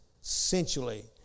sensually